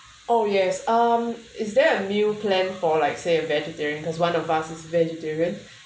oh yes um is there a meal plan for like say a vegetarian because one of us is vegetarian